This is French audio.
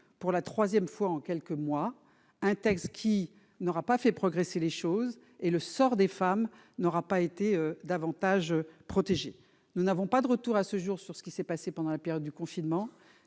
pour la troisième fois en quelques mois, un texte qui n'aura ni fait progresser les choses ni amélioré le sort des femmes et leur protection. Nous n'avons pas de retour, à ce jour, sur ce qui s'est passé pendant la période du confinement.